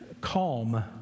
Calm